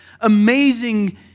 amazing